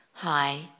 Hi